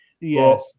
Yes